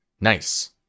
Nice